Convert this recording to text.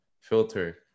filter